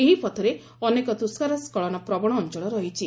ଏହି ପଥରେ ଅନେକ ତୁଷାର ସ୍ଖଳନ ପ୍ରବଣ ଅଞ୍ଚଳ ରହିଛି